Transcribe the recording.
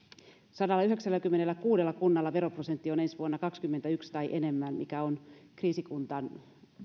sadallayhdeksälläkymmenelläkuudella kunnalla veroprosentti on ensi vuonna kaksikymmentäyksi tai enemmän mikä on kriisikunnan